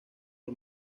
del